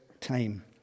time